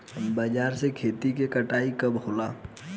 बजरा के खेती के कटाई कब होला?